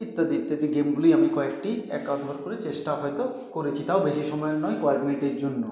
ইত্যাদি ইত্যাদি গেমগুলি আমি কয়েকটি এক আধবার করে চেষ্টা হয়তো করেছি তাও বেশি সময় নয় কয়েক মিনিটের জন্য